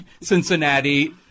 Cincinnati